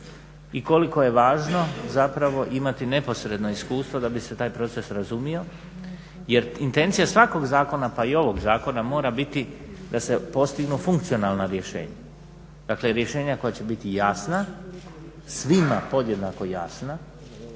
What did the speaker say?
i koliko je važno zapravo imati neposredno iskustvo da bi se taj proces razumio jer intencija svakog zakona pa i ovog zakona mora biti da se postignu funkcionalna rješenja, dakle rješenja koja će biti jasna, svima podjednako jasna,